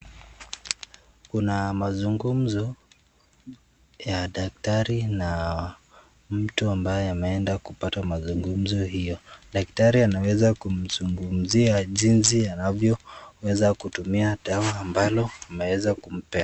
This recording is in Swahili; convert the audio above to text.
Kuna mazungumzo ya daktari na mtu ambaye ameenda kupata mazungumzo hiyo. Daktari anaweza kumzungumzia jinsi anavyoweza kutumia dawa ambalo ameweza kumpea.